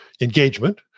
engagement